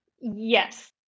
Yes